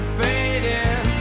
fading